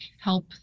help